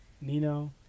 Nino